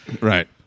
Right